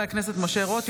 הכנסת משה רוט,